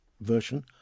version